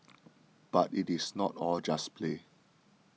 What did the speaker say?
but it is not all just play